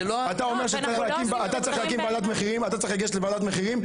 אתה אומר שאתה צריך לגשת לוועדת מחירים?